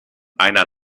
einer